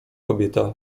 kobieta